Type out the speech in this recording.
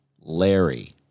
Larry